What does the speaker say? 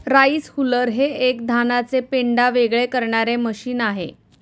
rice huller हे एक धानाचे पेंढा वेगळे करणारे मशीन आहे